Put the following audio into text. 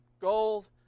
gold